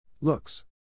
Looks